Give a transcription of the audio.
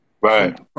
Right